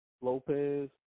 Lopez